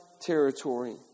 territory